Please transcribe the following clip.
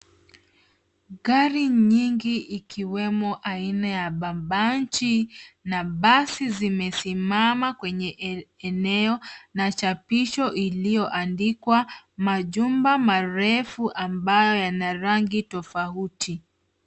Gari nyingi ikiwemo aina ya babanji na basi zimesimama kwenye eneo na chapisho iliyoandikwa. Majumba marefu ambayo yana rangi tofauti.